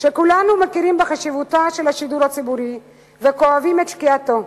שכולנו מכירים בחשיבותו של השידור הציבורי וכואבים את שקיעתו,